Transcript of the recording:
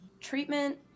treatment